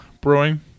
Brewing